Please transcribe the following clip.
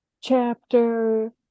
Chapter